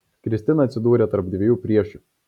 kristina atsidūrė tarp dviejų priešių